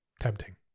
tempting